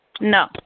No